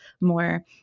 more